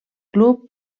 club